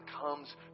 comes